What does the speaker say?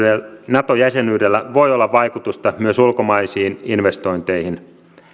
nato jäsenyydellä voi olla vaikutusta myös ulkomaisiin investointeihin